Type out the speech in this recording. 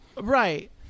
Right